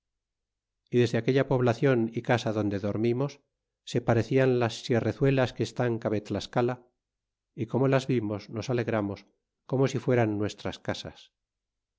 y desde aquella poblacion y casa donde dormimos se parecian las sierrezuelas que están cabe tlascala y como las vimos nos alegramos como si fueran nuestras casas